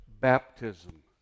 baptism